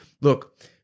look